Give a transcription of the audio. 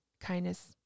Kindness